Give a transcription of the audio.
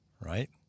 Right